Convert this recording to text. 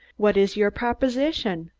what is your proposition?